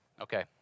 Okay